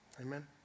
Amen